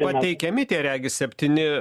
pateikiami tie regis septyni